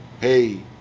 Hey